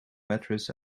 mattress